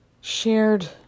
shared